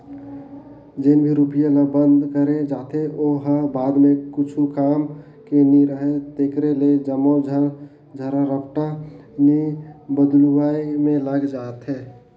जेन भी रूपिया ल बंद करे जाथे ओ ह बाद म कुछु काम के नी राहय तेकरे ले जम्मो झन धरा रपटा नोट बलदुवाए में लग जाथे